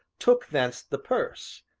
took thence the purse,